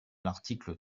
l’article